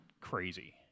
crazy